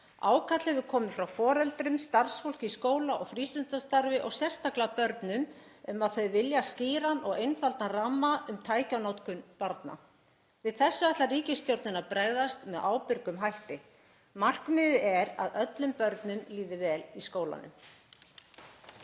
Ákall hefur komið frá foreldrum, starfsfólki í skóla- og frístundastarfi og sérstaklega börnum um að þau vilji skýran og einfaldan ramma um tækjanotkun barna. Við þessu ætlar ríkisstjórnin að bregðast með ábyrgum hætti. Markmiðið er að öllum börnum líði vel í skólanum.